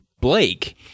Blake